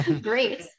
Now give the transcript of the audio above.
Great